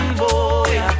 boy